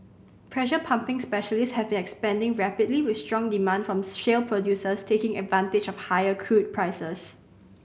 pressure pumping specialists have expanding rapidly with strong demand from shale producers taking advantage of higher crude prices